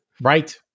Right